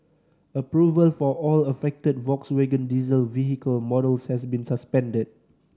approval for all affected Volkswagen diesel vehicle models has been suspended